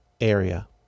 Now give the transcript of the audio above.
area